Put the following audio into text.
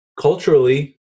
culturally